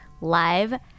live